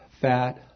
fat